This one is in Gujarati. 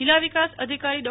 જિલ્લા વિકાસ અધિકારી ડો